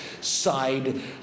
side